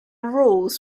rules